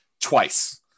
twice